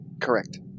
Correct